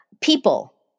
People